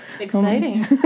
Exciting